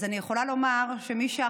אז אני יכולה לומר שמשחר,